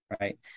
Right